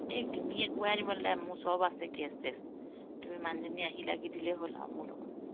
এই তুমি একোৱেই আনিব নেলাগে মোৰ চব আছে গেছ চেছ তুমি মানুহজনী আহিল লাগি দিলেই হ'ল আৰু মোৰ লগত